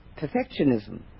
perfectionism